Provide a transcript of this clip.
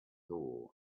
door